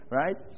right